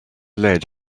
lead